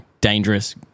dangerous